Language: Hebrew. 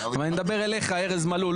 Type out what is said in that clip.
אבל אני מדבר אליך ארז מלול,